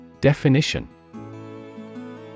Definition